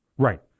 Right